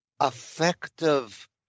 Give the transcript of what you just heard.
effective